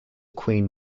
queen